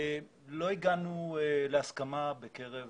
ולא הגענו להסכמה בקרב